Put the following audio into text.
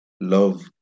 love